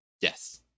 Yes